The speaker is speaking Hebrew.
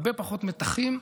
הרבה פחות מתחים.